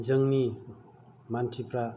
जोंनि मानसिफोरा